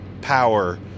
power